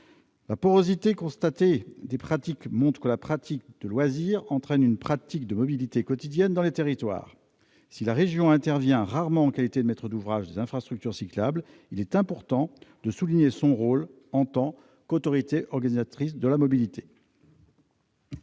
la mobilité du quotidien. On l'a constaté, la pratique de loisir entraîne, par porosité, une pratique de mobilité quotidienne dans les territoires. Si la région intervient rarement en qualité de maître d'ouvrage des infrastructures cyclables, il est important de souligner son rôle en tant qu'autorité organisatrice de la mobilité.